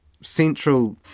central